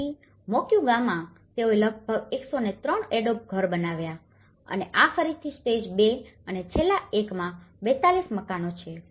તેથી મોક્ગુઆમાં તેઓએ લગભગ 103 એડોબ ઘરો બનાવ્યાં અને આ ફરીથી સ્ટેજ 2 અને છેલ્લા એકમાં 42 મકાનો છે